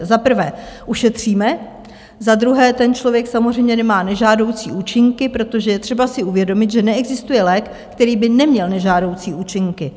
Za prvé ušetříme, za druhé ten člověk samozřejmě nemá nežádoucí účinky, protože je třeba si uvědomit, že neexistuje lék, který by neměl nežádoucí účinky.